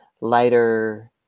lighter